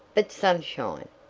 but sun shine,